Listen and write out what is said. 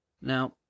Now